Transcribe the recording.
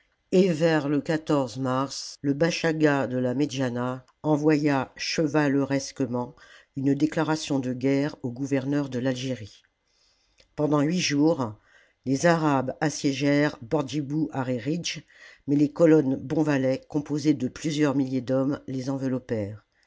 vers le mars le bachaga de la medjana envoya chevaleresquement une déclaration de guerre au gouverneur de l'algérie pendant huit jours les arabes assiégèrent bordjibou arréridj mais les colonnes bonvalet composées de plusieurs milliers d'hommes les